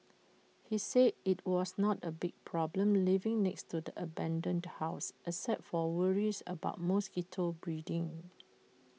he said IT was not A big problem living next to the abandoned house except for worries about mosquito breeding